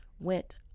went